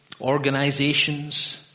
organizations